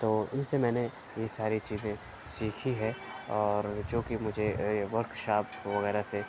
تو اُن سے میں نے یہ ساری چیزیں سیکھی ہے اور جو کہ مجھے ورک شاپ وغیرہ سے